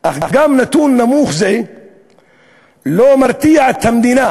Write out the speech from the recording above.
אך גם נתון נמוך זה לא מרתיע את המדינה